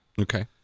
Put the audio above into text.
okay